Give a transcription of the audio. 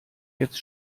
jetzt